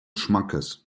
schmackes